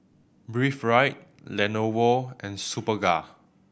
Breathe Right Lenovo and Superga